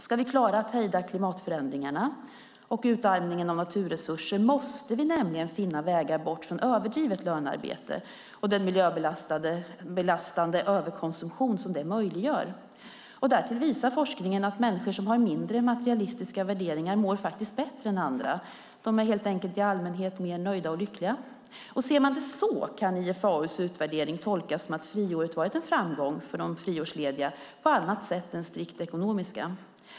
Ska vi klara att hejda klimatförändringarna och utarmningen av naturresurser måste vi nämligen finna vägar bort från överdrivet lönearbete och den miljöbelastande överkonsumtion som det möjliggör. Därtill visar forskningen att människor som har mindre materialistiska värderingar mår bättre än andra. De är helt enkelt i allmänhet mer nöjda och lyckliga. Ser man det så kan IFAU:s utvärdering tolkas som att friåret varit en framgång för de friårslediga på andra sätt än strikt ekonomiska.